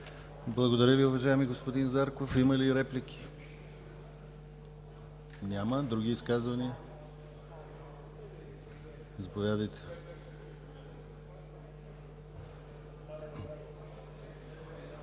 Благодаря Ви, уважаеми господин Зарков. Има ли реплики? Няма. Други изказвания? Заповядайте.